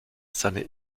seine